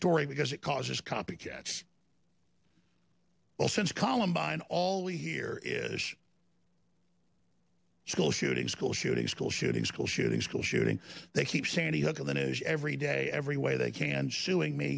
story because it causes copycats since columbine all we hear is school shootings school shootings school shootings school shootings school shooting they keep sandy hook on the news every day every way they can suing me